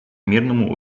мирному